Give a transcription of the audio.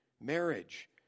marriage